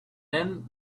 then